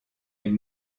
une